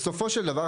בסופו של דבר,